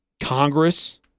Congress